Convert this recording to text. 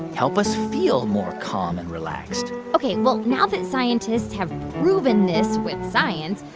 help us feel more calm and relaxed ok, well, now that scientists have proven this with science,